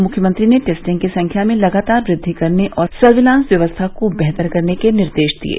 मुख्यमंत्री ने टेस्टिंग की संख्या में लगातार वृद्वि करने और सर्विलांस व्यवस्था को बेहतर करने के निर्देश दिये